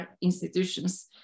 institutions